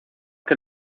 que